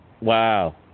wow